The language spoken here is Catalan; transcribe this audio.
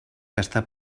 gastar